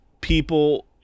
people